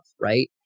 right